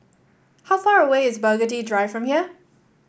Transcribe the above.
how far away is Burgundy Drive from here